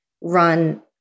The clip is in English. run